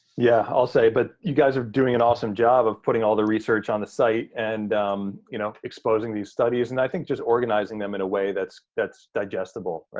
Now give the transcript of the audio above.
yeah, i'll say, but you guys are doing an awesome job of putting all the research on the site and you know exposing these studies, and i think just organizing them in a way that's that's digestible.